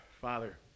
Father